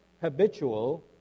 habitual